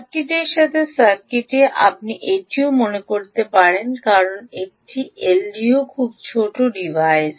সার্কিটের তাদের সার্কিটে আপনি এটিও করতে পারেন কারণ একটি এলডিও খুব ছোট ডিভাইস